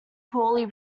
poorly